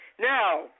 Now